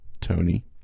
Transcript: Tony